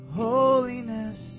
holiness